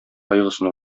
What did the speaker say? кайгысын